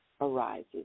arises